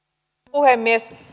puhemies